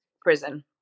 prison